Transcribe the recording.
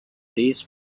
these